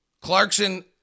Clarkson